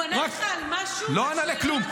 הוא ענה לך על משהו --- לא ענה על כלום.